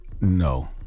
No